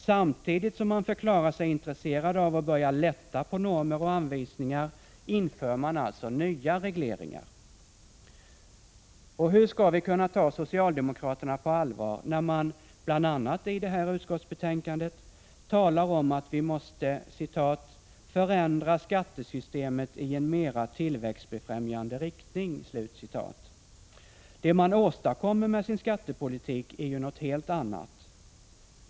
Samtidigt som man förklarar sig intresserad av att börja lätta på normer och anvisningar inför man alltså nya regleringar. Och hur skall vi kunna ta socialdemokraterna på allvar när man, bl.a. i det här utskottsbetänkandet, talar om att vi måste ”förändra skattesystemet i en mera tillväxtbefrämjande riktning”? Det man åstadkommer med sin skattepolitik är ju något helt annat.